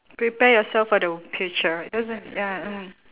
prepare yourself for the future doesn't ya mm